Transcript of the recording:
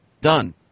done